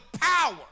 power